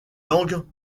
langues